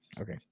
Okay